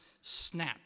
snap